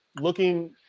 looking